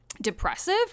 depressive